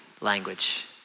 language